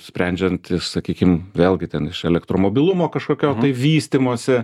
sprendžiant sakykim vėlgi ten iš elektromobilumo kažkokio tai vystymosi